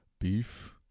beef